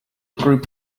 group